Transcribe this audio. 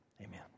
amen